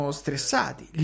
stressati